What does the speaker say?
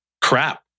crap